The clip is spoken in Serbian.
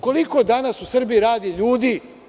Koliko danas u Srbiji radi ljudi?